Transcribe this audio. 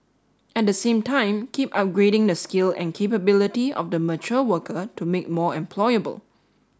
at the same time keep upgrading the skill and capability of the mature worker to make more employable